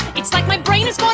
it's like my brain is gone.